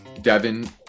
Devin